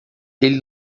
ele